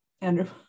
Andrew